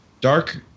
dark